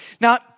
Now